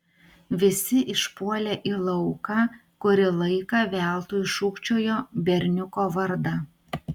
visi išpuolė į lauką kurį laiką veltui šūkčiojo berniuko vardą